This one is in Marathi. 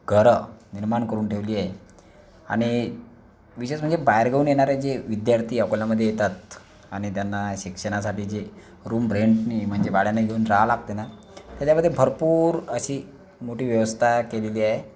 घरं निर्माण करून ठेवली आहे आणि विशेष म्हणजे बाहेर गावून येणारे जे विद्यार्थी अकोल्यामध्ये येतात आणि त्यांना शिक्षणासाठी जे रूम रेंटनी म्हणजे भाड्याने घेऊन रहा लागते ना त्याच्यामध्ये भरपूर अशी मोठी व्यवस्था केळेली आहे